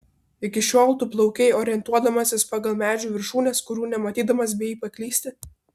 iki šiol tu plaukei orientuodamasis pagal medžių viršūnes kurių nematydamas bijai paklysti